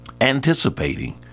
anticipating